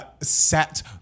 set